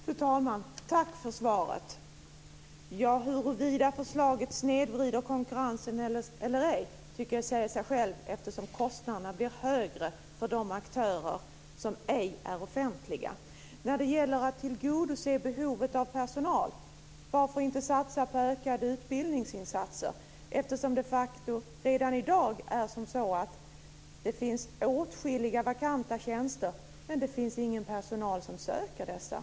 Fru talman! Tack för svaret. Huruvida förslaget snedvrider konkurrensen eller ej tycker jag säger sig självt eftersom kostnaderna blir högre för de aktörer som ej är offentliga. När det gäller att tillgodose behovet av personal, varför inte satsa på ökade utbildningsinsatser? Redan i dag finns det de facto åtskilliga vakanta tjänster, men det finns ingen personal som söker dessa.